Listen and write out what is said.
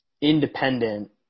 independent